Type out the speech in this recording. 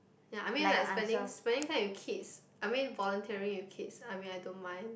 ya I mean like spending spending time with kids I mean volunteering with kids I mean I don't mind